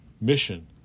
Mission